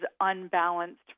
unbalanced